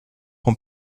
auch